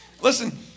Listen